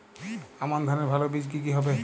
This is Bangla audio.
আমান ধানের ভালো বীজ কি কি হবে?